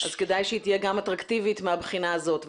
כדאי שהיא תהיה גם אטרקטיבית מהבחינה הזאת.